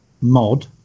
mod